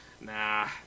Nah